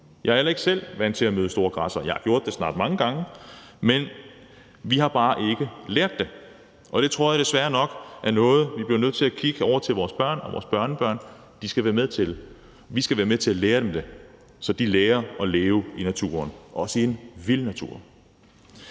Jeg er heller ikke selv vant til at møde store græssere. Jeg har gjort det snart mange gange, men vi har bare ikke lært det, og det tror jeg desværre nok er noget, vi bliver nødt til at kigge over til vores børn og børnebørn og sige at de skal være med til, og vi skal være med til at lære dem det, så de lærer at leve i naturen, også i en vild natur.